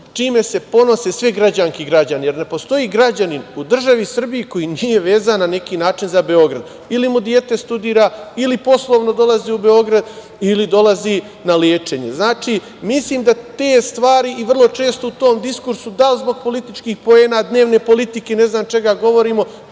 čime se ponose sve građanke i građani. Jer, ne postoji građanin u državi Srbiji koji nije vezan na neki način za Beograd – ili mu dete studira, ili poslovno dolazi u Beograd, ili dolazi na lečenje. Mislim da te stvari i vrlo često u tom diskursu, da li zbog političkih poena, dnevne politike, ne znam čega, govorimo,